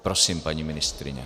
Prosím, paní ministryně.